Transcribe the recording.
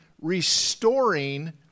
restoring